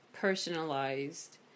personalized